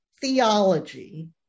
theology